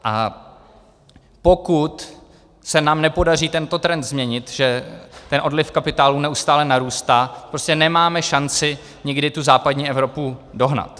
A pokud se nám nepodaří změnit tento trend, že odliv kapitálu neustále narůstá, prostě nemáme šanci nikdy západní Evropu dohnat.